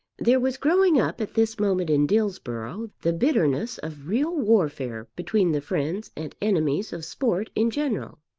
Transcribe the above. there was growing up at this moment in dillsborough the bitterness of real warfare between the friends and enemies of sport in general,